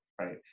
right